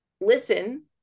listen